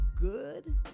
good